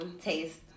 Taste